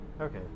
Okay